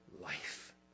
life